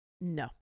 no